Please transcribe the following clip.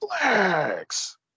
Flex